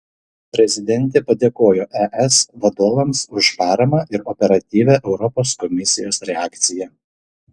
prezidentė padėkojo es vadovams už paramą ir operatyvią europos komisijos reakciją